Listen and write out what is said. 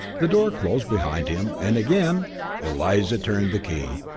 the door closed behind him, and again eliza turned the key.